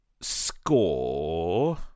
score